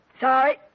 Sorry